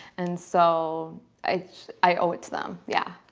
and so i i owe it to them. yeah.